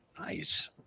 Nice